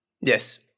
yes